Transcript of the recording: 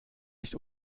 nicht